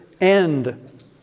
end